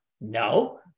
No